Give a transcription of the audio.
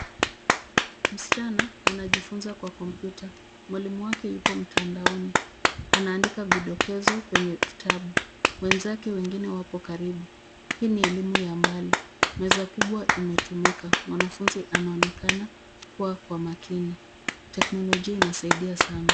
Msichana anajifunza kwa kompyuta. Mwalimu wake yupo mtandaoni. Anaandika vidokezo kwenye kitabu. Wenzake wengine wapo karibu. Hii ni elimu ya mbali. Meza kubwa imetumika. Mwanafunzi anaonekana kuwa kwa makini. Teknolojia inasaidia sana.